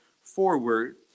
forward